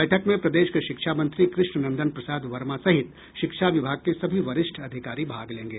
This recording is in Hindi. बैठक में प्रदेश के शिक्षा मंत्री कृष्णनंदन प्रसाद वर्मा सहित शिक्षा विभाग के सभी वरिष्ठ अधिकारी भाग लेंगे